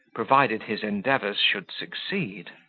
provided his endeavours should succeed.